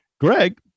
Greg